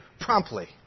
promptly